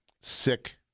sick